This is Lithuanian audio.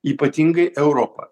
ypatingai europa